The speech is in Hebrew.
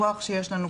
כוח שיש לנו.